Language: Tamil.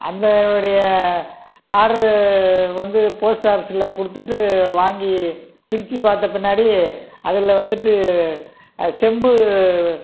அதனுடைய ஆடரு வந்து போஸ்ட் ஆபீஸ்ஸில் கொடுத்துட்டு வாங்கி பிரிச்சு பார்த்த பின்னாடி அதில் வந்துட்டு செம்பு